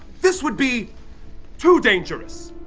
this would be too dangerous!